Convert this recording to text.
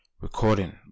recording